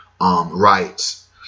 Rights